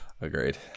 Agreed